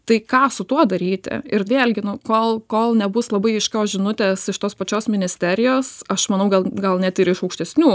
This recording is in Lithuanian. tai ką su tuo daryti ir vėlgi nu kol kol nebus labai aiškios žinutės iš tos pačios ministerijos aš manau gal gal net ir iš aukštesnių